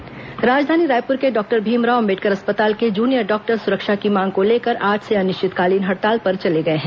junior doctor हड़ताल राजधानी रायपुर के डॉक्टर भीमराव अंबेडकर अस्पताल के जुनियर डॉक्टर सुरक्षा की मांग को लेकर आज से अनिश्चितकालीन हड़ताल पर चले गए हैं